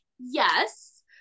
yes